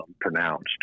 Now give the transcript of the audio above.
pronounced